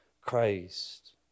Christ